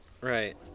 right